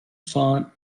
font